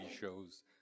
shows